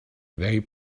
they